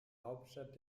hauptstadt